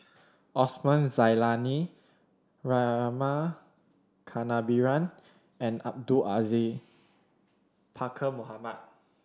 Osman Zailani Rama Kannabiran and Abdul Aziz Pakkeer Mohamed